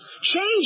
change